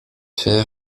fer